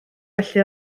felly